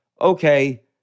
okay